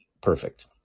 perfect